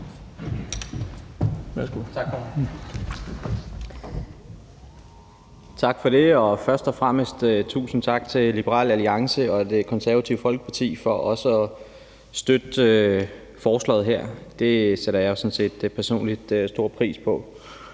Tak for det, og først og fremmest tusind tak til Liberal Alliance og Det Konservative Folkeparti for også at støtte forslaget her. Det sætter jeg sådan set personligt stor pris på.